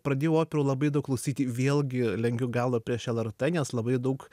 pradėjau operų labai daug klausyti vėlgi lenkiu galvą prieš lrt nes labai daug